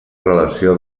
relació